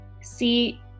See